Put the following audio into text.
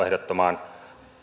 ehdottomaan